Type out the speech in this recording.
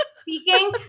speaking